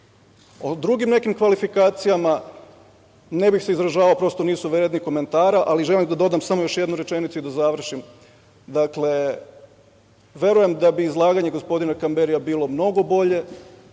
drugim nekim kvalifikacijama, ne bih se izražavao, prosto nisu vredni komentara, ali želim da dodam samo jednu rečenicu i da završim. Dakle, verujem da bi izlaganje gospodina Kamberija bilo mnogo bolje,